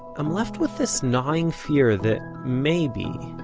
i'm left with this gnawing fear that maybe,